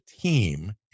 team